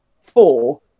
four